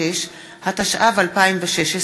26), התשע"ו 2016,